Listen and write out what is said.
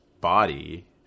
body